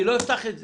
אני לא אפתח את זה.